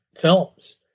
films